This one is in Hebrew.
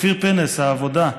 העבודה: